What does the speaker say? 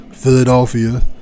Philadelphia